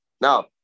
Now